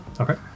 Okay